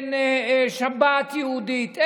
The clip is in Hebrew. אין שבת יהודית.